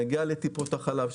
נגיע לטיפות חלב,